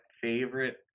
favorite